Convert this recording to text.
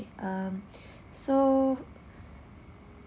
um so